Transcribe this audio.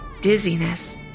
Dizziness